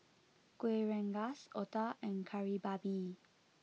Kuih Rengas Otah and Kari Babi